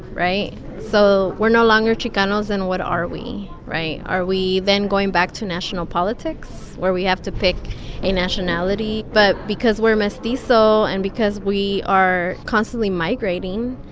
right? so we're no longer chicanos, then and what are we, right? are we then going back to national politics where we have to pick a nationality? but because we're mestizo and because we are constantly migrating,